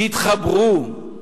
תתחברו,